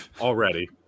already